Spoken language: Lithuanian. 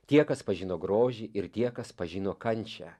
tie kas pažino grožį ir tie kas pažino kančią